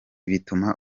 bituma